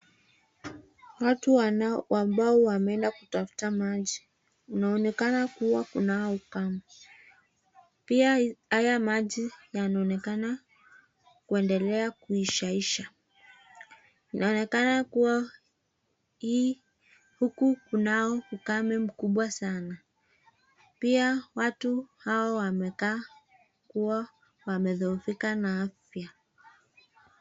Watu ambao wameenda kutafuta maji kunaonekana kuwa kunao ukame. Pia haya maji yanaonekana kuendelea kuisha isha. Inaonekana kuwa hii huku kunao ukame mkubwa sana. Pia watu hawa wamekaa kuwa wamedhoofika na afya.